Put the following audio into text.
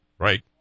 Right